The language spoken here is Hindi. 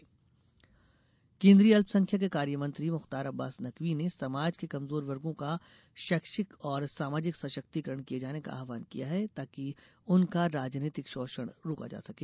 नकवी केंद्रीय अल्पसंख्यक कार्य मंत्री मुख्तार अब्बास नकवी ने समाज के कमजोर वर्गों का शैक्षिक और सामाजिक सशक्तिकरण किये जाने का आहवान किया है ताकि उनका राजनीतिक शोषण रोका जा सके